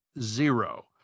zero